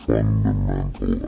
Fundamental